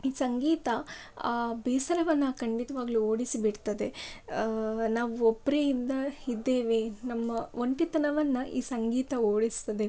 ಈ ಸಂಗೀತ ಆ ಬೇಸರವನ್ನು ಖಂಡಿತವಾಗ್ಲೂ ಓಡಿಸಿಬಿಡ್ತದೆ ನಾವು ಒಬ್ಬರೇ ಇದ್ದ ಇದ್ದೇವೆ ನಮ್ಮ ಒಂಟಿತನವನ್ನು ಈ ಸಂಗೀತ ಓಡಿಸ್ತದೆ